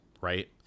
Right